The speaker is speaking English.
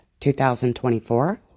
2024